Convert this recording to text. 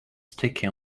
sticky